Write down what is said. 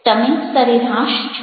તમે સરેરાશ છો